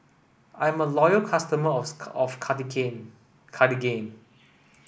I'm a loyal customer of Cartigain